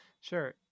sure